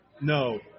No